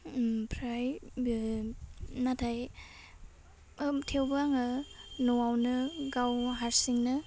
ओमफ्राय गोन नाथाइ ओह थेवबो आङो न'आवनो गाव हारसिंनो